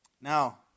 Now